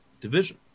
division